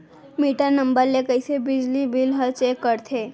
Metre number ले कइसे बिजली बिल ल चेक करथे?